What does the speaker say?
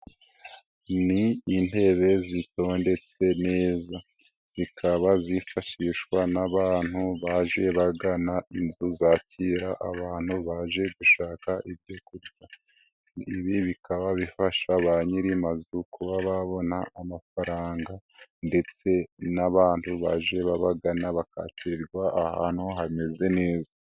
Ni intebe zitondetse neza zikaba zifashishwa n'abantu baje bagana inzu zakira abantu baje gushaka ibyo kurya. Ibi bikaba bifasha ba nyiri amazu kuba babona amafaranga ndetse n'abantu baje babagana bakakirirwa ahantu hameze neza.